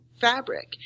fabric